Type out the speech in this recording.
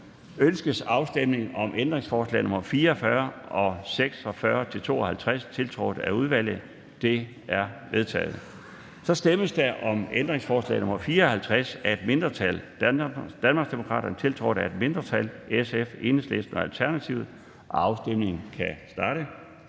Ønskes afstemning om ændringsforslag nr. 44 og 46-52, tiltrådt af udvalget? De er vedtaget. Der stemmes om ændringsforslag nr. 54 af et mindretal (DD), tiltrådt af et mindretal (SF, EL og ALT). Afstemningen starter.